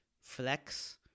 Flex